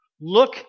Look